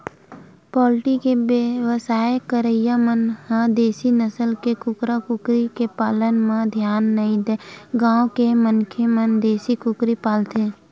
poultry के बेवसाय करइया मन ह देसी नसल के कुकरा कुकरी के पालन म धियान नइ देय गांव के मनखे मन देसी कुकरी पालथे